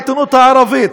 את העיתונות הערבית.